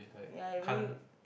ya I really